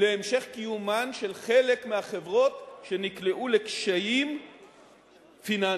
להמשך קיומן של חלק מהחברות שנקלעו לקשיים פיננסיים.